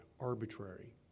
arbitrary